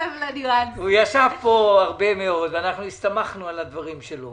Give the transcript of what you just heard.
הרבה מאוד ואנחנו הסתמכנו על הדברים שלו